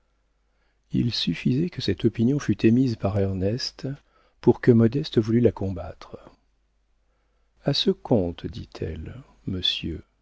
il suffisait que cette opinion fût émise par ernest pour que modeste voulût la combattre a ce compte dit-elle monsieur